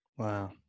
Wow